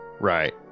right